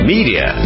Media